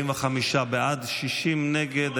45 בעד, 60 נגד.